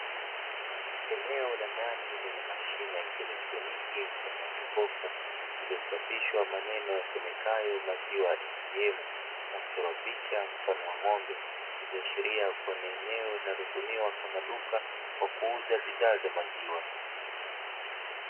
Eneo la ndani lenye mashine ya kielektroniki mfalme wa jokofu iliyochapishwa maneno yasomekayo "maziwa ATM" na kuchora picha mfano wa ngombe ikiashiria kwenye eneo linalotumiwa kama duka kwa kuuza bidhaa za maziwa.